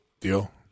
deal